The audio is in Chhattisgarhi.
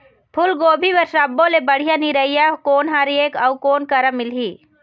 फूलगोभी बर सब्बो ले बढ़िया निरैया कोन हर ये अउ कोन करा मिलही?